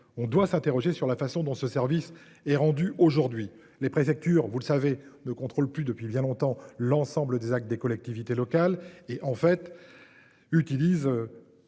On doit s'interroger sur la façon dont ce service est rendu aujourd'hui les préfectures, vous le savez de contrôle plus depuis bien longtemps l'ensemble des actes des collectivités locales et en fait. Utilise.